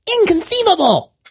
Inconceivable